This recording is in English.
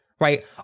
Right